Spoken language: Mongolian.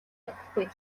чадахгүй